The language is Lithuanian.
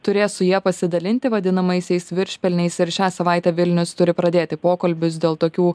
turės su ja pasidalinti vadinamaisiais viršpelniais ir šią savaitę vilnius turi pradėti pokalbius dėl tokių